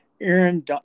Aaron